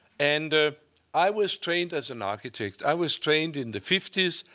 and ah i was trained as an architect. i was trained in the fifty s,